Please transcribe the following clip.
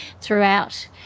throughout